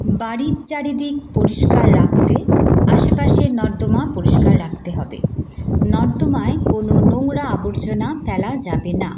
বাড়ির চারিদিক পরিষ্কার রাখতে আশেপাশের নর্দমা পরিষ্কার রাখতে হবে নর্দমায় কোনো নোংরা আবর্জনা ফেলা যাবে না